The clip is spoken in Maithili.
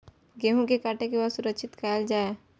गेहूँ के काटे के बाद सुरक्षित कायल जाय?